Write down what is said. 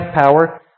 power